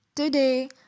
Today